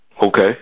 Okay